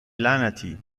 لعنتی